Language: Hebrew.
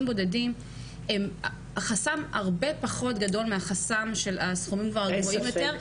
בודדים הם חסם פחות גדול מהחסם של הסכומים הגדולים יותר.